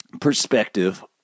perspective